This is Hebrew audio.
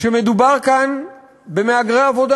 שמדובר כאן במהגרי עבודה.